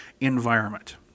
environment